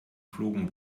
flogen